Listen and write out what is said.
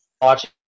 watching